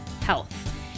health